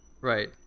Right